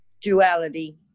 duality